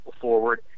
forward